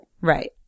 Right